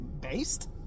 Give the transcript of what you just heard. based